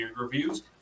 reviews